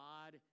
God